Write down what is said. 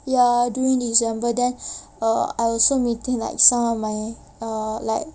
ya during december then err I also meeting like some of my err like